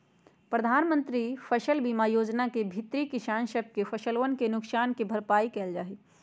प्रधानमंत्री फसल बीमा योजना के भीतरी किसान सब के फसलवन के नुकसान के भरपाई कइल जाहई